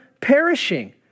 perishing